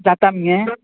जाता मगे